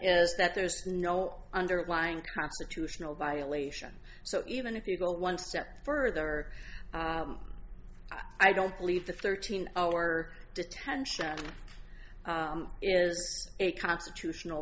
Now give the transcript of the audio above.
is that there's no underlying constitutional violation so even if you go one step further i don't believe the thirteen hour detention is a constitutional